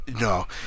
No